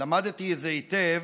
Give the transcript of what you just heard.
למדתי את זה היטב,